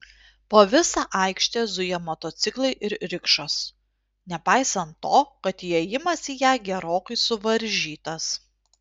po visą aikštę zuja motociklai ir rikšos nepaisant to kad įėjimas į ją gerokai suvaržytas